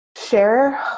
share